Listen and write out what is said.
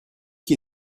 qui